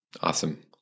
Awesome